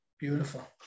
Beautiful